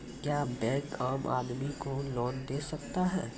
क्या बैंक आम आदमी को लोन दे सकता हैं?